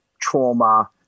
trauma